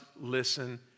listen